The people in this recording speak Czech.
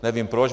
Nevím proč.